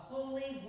Holy